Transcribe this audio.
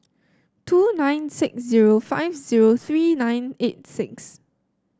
two nine six zero five zero three nine eight six